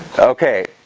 okay